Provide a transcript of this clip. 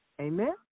Amen